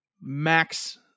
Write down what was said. max